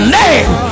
name